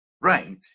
right